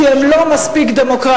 כי הם לא מספיק דמוקרטיות.